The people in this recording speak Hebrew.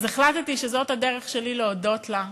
אז החלטתי שזאת הדרך שלי להודות לה,